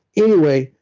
anyway,